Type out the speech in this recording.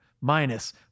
minus